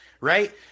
right